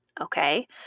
Okay